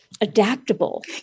Adaptable